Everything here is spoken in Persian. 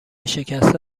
شکسته